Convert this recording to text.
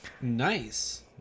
Nice